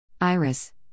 Iris